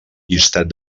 llistat